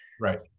right